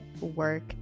work